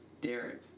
Derek